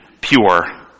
pure